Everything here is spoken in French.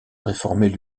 réformer